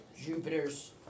Jupiter's